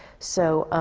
so